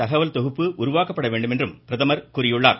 தகவல் தொகுப்பை உருவாக்கப்பட வேண்டுமென பிரதமர் கூறியுள்ளார்